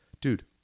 Dude